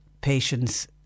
patients